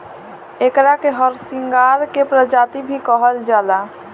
एकरा के हरसिंगार के प्रजाति भी कहल जाला